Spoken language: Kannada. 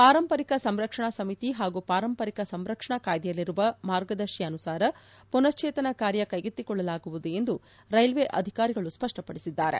ಪಾರಂಪರಿಕ ಸಂರಕ್ಷಣಾ ಸಮಿತಿ ಹಾಗೂ ಪಾರಂಪರಿಕ ಸಂರಕ್ಷಣಾ ಕಾಯಿದೆಯಲ್ಲಿರುವ ಮಾರ್ಗದರ್ಶಿ ಅನುಸಾರ ಮನಶ್ಚೇತನಾ ಕಾರ್ಯ ಕೈಗೆತ್ತಿಕೊಳ್ಳಲಾಗುವುದು ಎಂದು ರೈಲ್ವೆ ಅಧಿಕಾರಿಗಳು ಸ್ವಪ್ಪಪಡಿಸಿದ್ದಾರೆ